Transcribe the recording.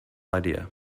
idea